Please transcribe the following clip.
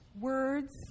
words